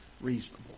reasonable